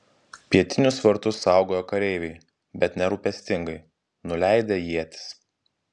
pietinius vartus saugojo kareiviai bet nerūpestingai nuleidę ietis